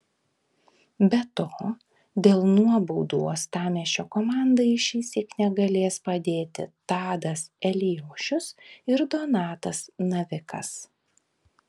be to dėl nuobaudų uostamiesčio komandai šįsyk negalės padėti tadas eliošius ir donatas navikas